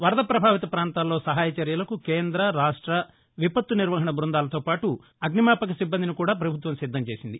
వరద ప్రభావిత పాంతాల్లో సహాయ చర్యలకు కేంద్ర రాష్ట విపత్తు నిర్వహణ బృందాలతోపాటు అగ్నిమాపక సిబ్బందిని ప్రభుత్వం సిద్దం చేసింది